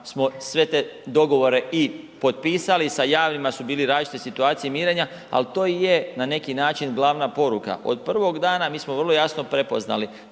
smo sve te dogovore i potpisali, sa javnim su bile različite situacije mirenja, ali to i je na neki način glavna poruka. Od prvog dana mi smo vrlo jasno prepoznali